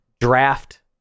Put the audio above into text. draft